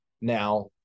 Now